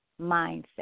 mindset